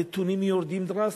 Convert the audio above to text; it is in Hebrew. הנתונים יורדים דרסטית.